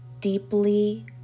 deeply